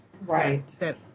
Right